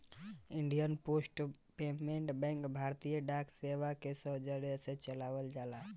Indian post payment bank भारतीय डाक सेवा के सौजन्य से चलावल जाला